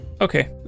Okay